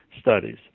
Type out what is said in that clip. studies